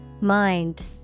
Mind